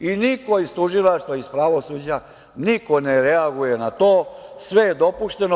Niko iz tužilaštva, iz pravosuđa ne reaguje na to, sve je dopušteno.